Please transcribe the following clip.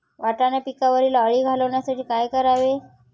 वाटाणा पिकावरील अळी घालवण्यासाठी काय करावे?